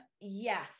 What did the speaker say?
Yes